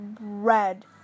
red